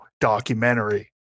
documentary